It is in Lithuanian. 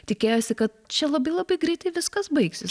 tikėjosi kad čia labai labai greitai viskas baigsis